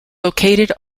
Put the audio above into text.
located